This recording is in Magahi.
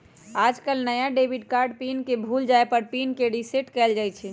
आजकल नया डेबिट कार्ड या पिन के भूल जाये पर ही पिन के रेसेट कइल जाहई